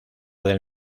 del